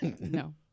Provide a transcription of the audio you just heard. No